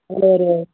சரி